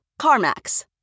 CarMax